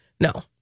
No